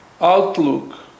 outlook